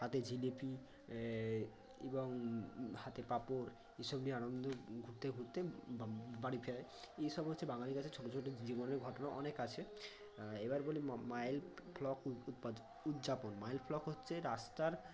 হাতে জিলিপি এবং হাতে পাঁপড় এসব নিয়ে আনন্দে ঘুরতে ঘুরতে বাড়ি ফেরায় এই সব হচ্ছে বাঙালির কাছে ছোট ছোট জীবনের ঘটনা অনেক আছে এবার বলি মাইল ফলক উদযাপন মাইল ফলক হচ্ছে রাস্তার